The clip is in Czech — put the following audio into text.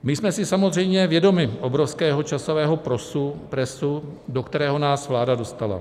My jsme si samozřejmě vědomi obrovského časového presu, do kterého nás vláda dostala.